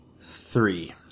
three